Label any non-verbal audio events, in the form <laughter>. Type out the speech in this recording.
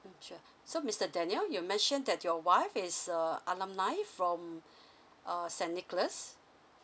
mm sure so mister daniel you mentioned that your wife is a alumni from <breath> err saint nicholas